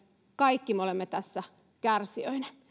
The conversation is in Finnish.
kaikki me olemme tässä kärsijöinä